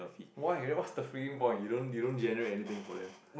why what is the freaking point you don't you don't generate anything for them